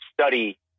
study